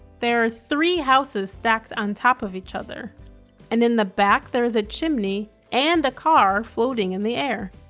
there are three houses stacked on top of each other and in the back there is a chimney and a car floating in the air.